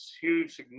huge